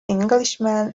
englishman